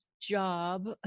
job